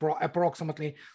approximately